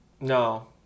No